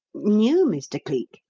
knew, mr. cleek?